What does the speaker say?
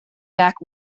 back